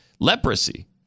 Leprosy